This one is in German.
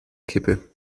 kippe